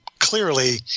clearly